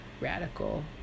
radical